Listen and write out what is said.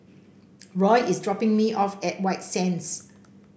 Roy is dropping me off at White Sands